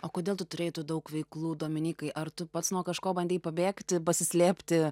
o kodėl tu turėjai tų daug veiklų dominykai ar tu pats nuo kažko bandei pabėgti pasislėpti